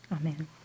Amen